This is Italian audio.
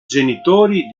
genitori